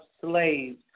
slaves